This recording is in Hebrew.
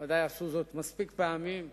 ודאי עשו זאת מספיק פעמים,